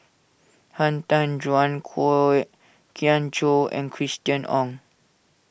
Han Tan Juan Kwok Kian Chow and Christina Ong